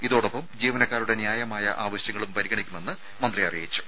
ഇതോടൊപ്പം ജീവനക്കാരുടെ ന്യായമായ ആവശ്യങ്ങളും പരിഗണിക്കുമെന്ന് മന്ത്രി അറിയിച്ചു